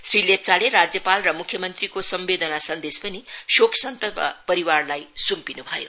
श्री लेप्चाले राज्यपाल र मुख्यमन्त्रीको सम्वेदना सन्देश पनि सोकसन्ताप परिवारलाई सुम्पिनु भयो